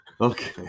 Okay